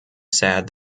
said